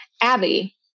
Abby